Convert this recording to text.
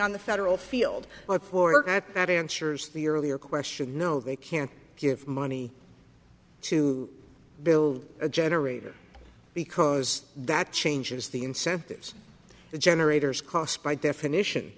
on the federal field or poor at that ensures the earlier question no they can't give money to build a generator because that changes the incentives the generators cost by definition